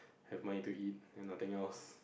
have money to eat and nothing else